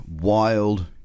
wild